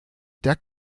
der